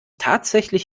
tatsächlich